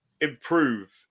improve